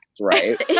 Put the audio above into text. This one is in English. right